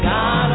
God